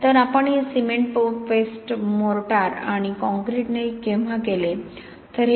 तर आपण हे सिमेंट पेस्ट मोर्टार आणि काँक्रीटने केव्हा केले